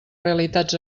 realitats